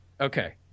Okay